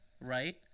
right